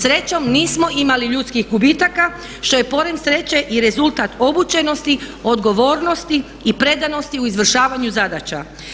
Srećom nismo imali ljudskih gubitaka što je pored sreće i rezultat obučenosti, odgovornosti i predanosti u izvršavanju zadaća.